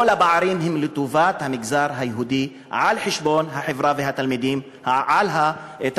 כל הפערים הם לטובת המגזר היהודי על חשבון החברה והתלמידים הערבים,